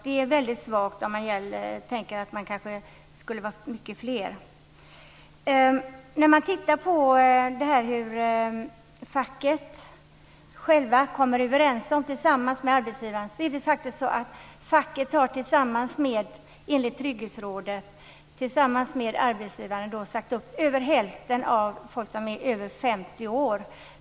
Det är väldigt svagt, om man tänker sig att det kanske skulle vara många fler. Man kan titta på hur facket självt kommer överens tillsammans med arbetsgivaren. Facket har enligt Trygghetsrådet tillsammans med arbetsgivaren sagt upp över hälften av de personer som är över 50 år.